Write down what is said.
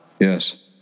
Yes